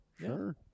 Sure